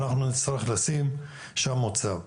אנחנו נצטרך לשים שם מוצב.